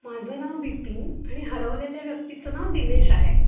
माझं नाव बिपिन आणि हरवलेल्या व्यक्तीचं नाव दिनेश आहे